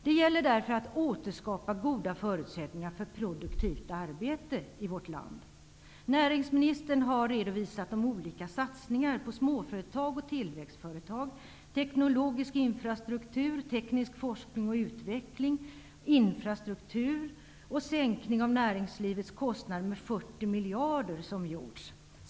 Det gäller därför att återskapa goda förutsättningar för produktivt arbete i Sverige. Näringsministern har redovisat de olika satsningar som görs på småföretag och tillväxtföretag, teknologisk och annan infrastruktur, teknisk forskning och utveckling samt den sänkning av näringslivets kostnader med 40 miljarder som genomförts.